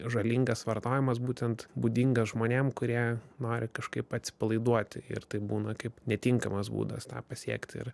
žalingas vartojimas būtent būdingas žmonėm kurie nori kažkaip atsipalaiduoti ir tai būna kaip netinkamas būdas tą pasiekti ir